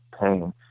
pain